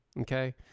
Okay